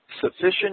Sufficient